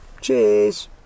Cheers